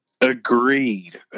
Agreed